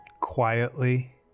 quietly